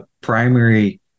primary